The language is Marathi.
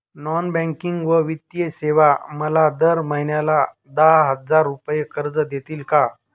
नॉन बँकिंग व वित्तीय सेवा मला दर महिन्याला दहा हजार रुपये कर्ज देतील का?